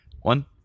One